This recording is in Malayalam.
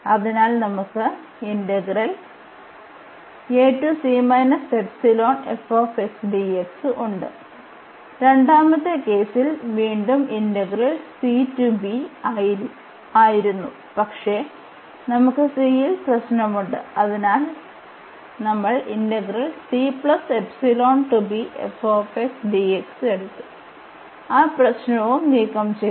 അതിനാൽ നമുക്ക് ഉണ്ട് രണ്ടാമത്തെ കേസിൽ വീണ്ടും ഇന്റഗ്രൽ c to b ആയിരുന്നു പക്ഷേ നമുക്ക് c യിൽ പ്രശ്നമുണ്ട് അതിനാൽ നമ്മൾ എടുത്തു ആ പ്രശ്നവും നീക്കംചെയ്തു